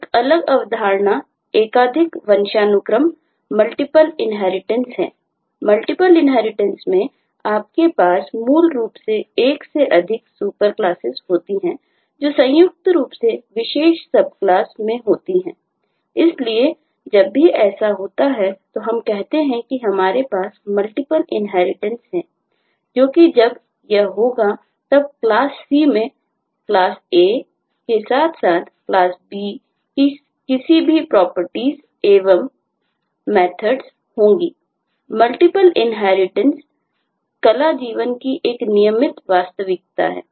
एक अलग अवधारणा एकाधिक वंशानुक्रम मल्टीपल इन्हेरिटेंस कला जीवन की एक नियमित वास्तविकता है